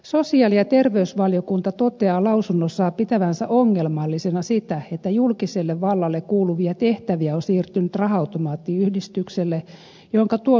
sosiaali ja terveysvaliokunta toteaa lausunnossaan pitävänsä ongelmallisena sitä että julkiselle vallalle kuuluvia tehtäviä on siirtynyt raha automaattiyhdistykselle jonka tuotot ovat olleet vähentymässä